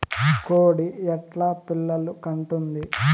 కోడి ఎట్లా పిల్లలు కంటుంది?